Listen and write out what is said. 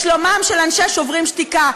לשלומם של אנשי "שוברים שתיקה".